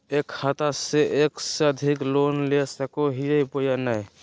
एक खाता से एक से अधिक लोन ले सको हियय बोया नय?